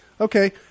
Okay